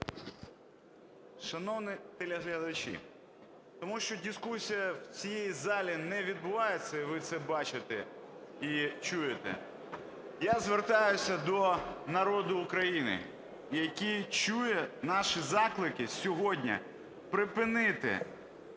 Шановний телеглядачі! Тому що дискусія в цій залі не відбувається, і ви це бачите і чуєте, я звертаюся до народу України, який чує наші заклики сьогодні припинити